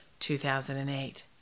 2008